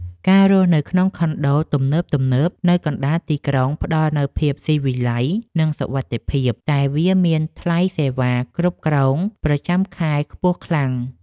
ការរស់នៅក្នុងខុនដូទំនើបៗនៅកណ្តាលទីក្រុងផ្ដល់នូវភាពស៊ីវិល័យនិងសុវត្ថិភាព តែវាមានថ្លៃសេវាគ្រប់គ្រងប្រចាំខែខ្ពស់ខ្លាំង។